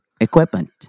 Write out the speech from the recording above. Equipment